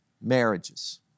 marriages